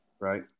Right